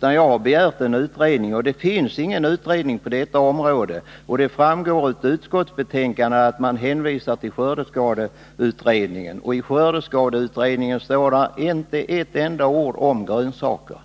Jag har begärt en utredning, och det finns ingen utredning på detta område. I utskottsbetänkandet hänvisar man till skördeskadeutredningen, och i den står det inte ett enda ord om grönsaker.